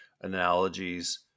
analogies